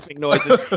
noises